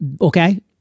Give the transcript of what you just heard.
Okay